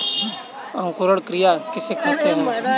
अंकुरण क्रिया किसे कहते हैं?